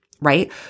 right